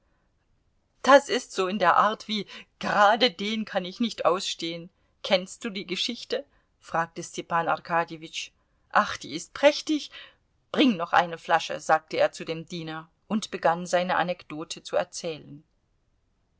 das ist so in der art wie gerade den kann ich nicht ausstehen kennst du die geschichte fragte stepan arkadjewitsch ach die ist prächtig bring noch eine flasche sagte er zu dem diener und begann seine anekdote zu erzählen